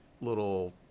little